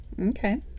Okay